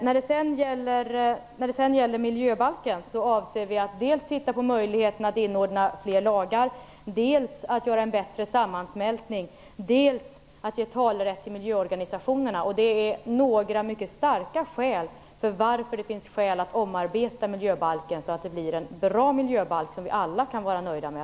När det sedan gäller miljöbalken avser vi dels att se på möjligheterna att inordna fler lagar, dels att göra en bättre sammansmältning, dels att ge talerätt till miljöorganisationerna. Detta är några mycket starka skäl till att omarbeta miljöbalken så att det blir en bra miljöbalk som vi alla kan vara nöjda med.